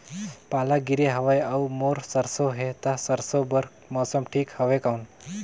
पाला गिरे हवय अउर मोर सरसो हे ता सरसो बार मौसम ठीक हवे कौन?